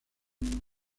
oral